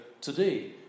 today